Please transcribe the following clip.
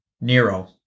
Nero